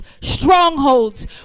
strongholds